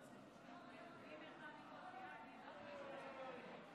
אני קובע כי ההצעה לא התקבלה.